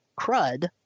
crud